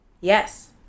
yes